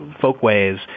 folkways